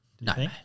No